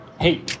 hey